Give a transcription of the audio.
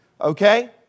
Okay